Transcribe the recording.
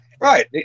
Right